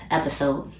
episode